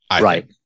Right